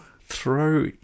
throw